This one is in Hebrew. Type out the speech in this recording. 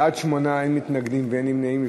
בעד, 8, אין מתנגדים, אין נמנעים.